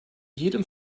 jedem